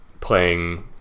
playing